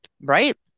right